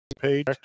page